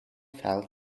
fell